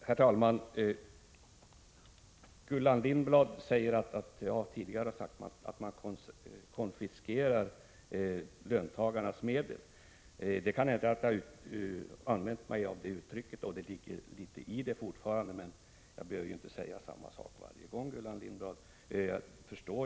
Herr talman! Gullan Lindblad anför att jag tidigare har sagt att man konfiskerar löntagarnas medel. Det kan hända att jag har använt det uttrycket, och det ligger något i det fortfarande, men jag behöver ju inte säga samma sak varje gång, Gullan Lindblad.